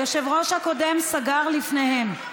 היושב-ראש הקודם סגר לפניהם.